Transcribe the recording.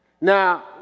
Now